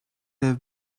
have